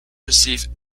received